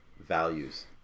values